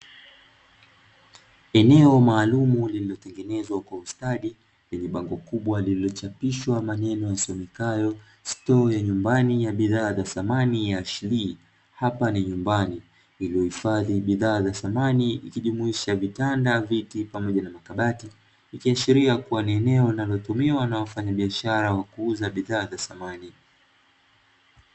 Eneo maalum lililotengenezwa kwa ustadi bango kubwa lililochapishwa maneno yasomekayo stoo ya nyumbani ya bidhaa za samani ya Ashley hapa ni nyumbani iliohifadhi bidhaa za samani, ikijumuisha vitanda, viti pamoja na makabati ikiasheria kuwa ni eneo linalotumiwa na wafanya biashara wa kuuza bidhaa za samani.